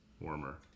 warmer